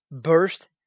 burst